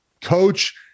coach